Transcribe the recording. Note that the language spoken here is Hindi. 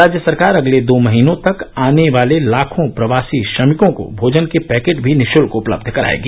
राज्य सरकार अगले दो महीने तक आने वाले लाखों प्रवासी श्रमिकों को भोजन के पैकेट भी निःशुल्क उपलब्ध कराएगी